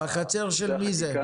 בחצר של מי זה?